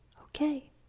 Okay